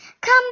Come